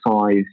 size